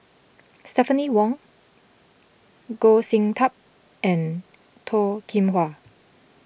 Stephanie Wong Goh Sin Tub and Toh Kim Hwa